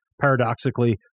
paradoxically